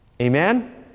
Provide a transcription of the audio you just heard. Amen